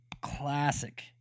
classic